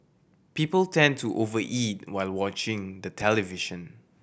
people tend to over eat while watching the television